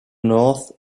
north